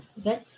Okay